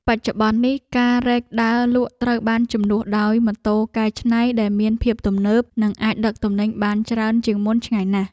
បច្ចុប្បន្ននេះការរែកដើរលក់ត្រូវបានជំនួសដោយម៉ូតូកែច្នៃដែលមានភាពទំនើប និងអាចដឹកទំនិញបានច្រើនជាងមុនឆ្ងាយណាស់។